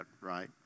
right